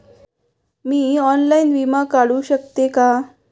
मी online विमा काढू शकते का?